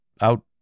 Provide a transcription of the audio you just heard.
out